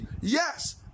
Yes